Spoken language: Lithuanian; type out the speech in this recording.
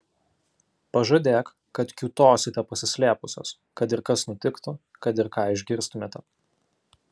pažadėk kad kiūtosite pasislėpusios kad ir kas nutiktų kad ir ką išgirstumėte